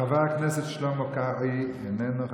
חבר הכנסת שלמה קרעי, איננו.